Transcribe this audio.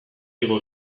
igo